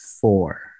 four